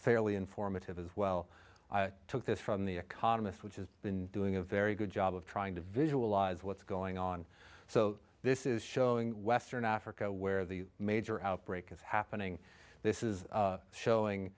fairly informative as well i took this from the economist which has been doing a very good job of trying to visualize what's going on so this is showing western africa where the major outbreak is happening this is showing